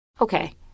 okay